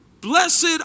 blessed